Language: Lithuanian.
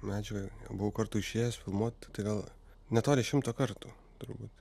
medžiagą buvau kartu išėjęs filmuot tai gal netoli šimto kartų turbūt